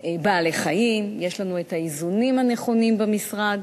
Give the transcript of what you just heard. בעלי-חיים, יש לנו את האיזונים הנכונים במשרד,